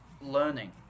learning